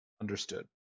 Understood